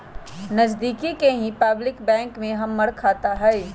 नजदिके के ही पब्लिक बैंक में हमर खाता हई